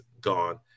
gone